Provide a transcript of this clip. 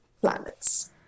planets